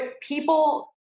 people